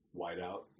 Whiteout